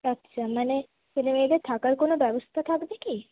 আচ্ছা মানে ছেলেমেয়েদের থাকার কোনও ব্যবস্থা থাকবে কি